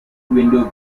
windows